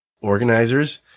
Organizers